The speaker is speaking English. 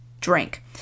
Drink